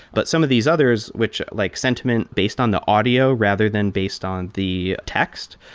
but some of these others, which like sentiment based on the audio rather than based on the text,